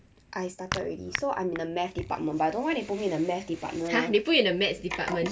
I started already so I'm in a math department but I don't why they put me in a math department